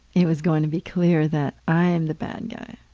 it was going to be clear that i'm the bad guy.